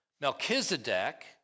Melchizedek